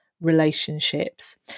relationships